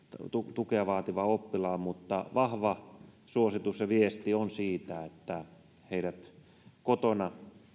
tukea vaativan oppilaan mutta vahva suositus ja viesti on siitä että heidät pidettäisiin kotona